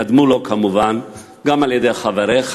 קדמו לו, כמובן, גם על-ידי חבריך,